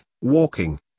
walking